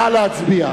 נא להצביע.